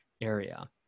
area